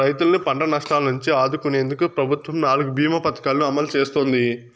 రైతులను పంట నష్టాల నుంచి ఆదుకునేందుకు ప్రభుత్వం నాలుగు భీమ పథకాలను అమలు చేస్తోంది